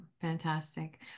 Fantastic